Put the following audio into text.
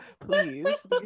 please